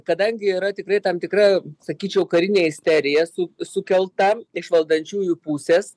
kadangi yra tikrai tam tikra sakyčiau karinė isterija su sukelta iš valdančiųjų pusės